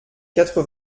quatre